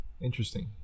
Interesting